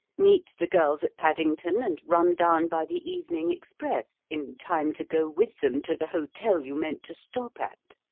meet the girls at paddington, and run down by the evening express in time to go with them to the hotel you meant to stop at.